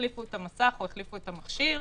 החליפו את המסך או החליפו את המכשיר.